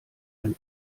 ein